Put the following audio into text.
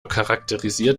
charakterisiert